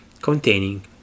containing